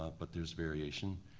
but there's variation.